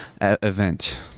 event